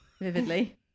vividly